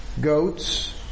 goats